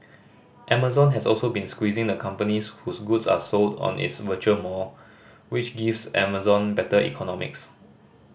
Amazon has also been squeezing the companies whose goods are sold on its virtual mall which gives Amazon better economics